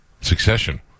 Succession